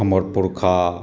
हमर पुरखा